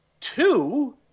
two